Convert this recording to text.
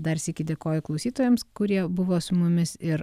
dar sykį dėkoju klausytojams kurie buvo su mumis ir